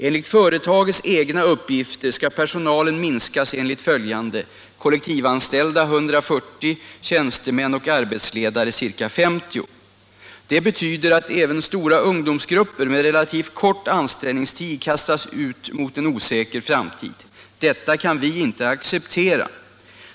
Enligt företagets egna uppgifter skall personalen minskas enligt följande: Kollektivanställda 140 Det betyder att även stora ungdomsgrupper med relativt kort anställningstid kastas ut mot en osäker framtid. Detta kan vi inte acceptera.